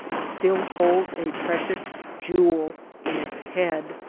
still holds a precious jewel in its head.